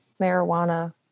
marijuana